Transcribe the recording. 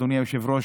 אדוני היושב-ראש,